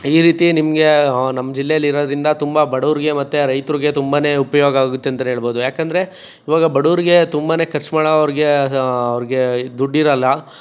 ಈ ರೀತಿ ನಿಮಗೆ ನಮ್ಮ ಜಿಲ್ಲೆಲಿರೋದರಿಂದ ತುಂಬ ಬಡವ್ರಿಗೆ ಮತ್ತು ರೈತರಿಗೆ ತುಂಬನೇ ಉಪಯೋಗ ಆಗುತ್ತೆ ಅಂತಲೇ ಹೇಳ್ಬೋದು ಏಕೆಂದ್ರೆ ಇವಾಗ ಬಡವ್ರಿಗೆ ತುಂಬನೇ ಖರ್ಚು ಮಾಡೋವ್ರಿಗೆ ಅವ್ರಿಗೆ ದುಡ್ಡಿರಲ್ಲ